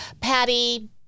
Patty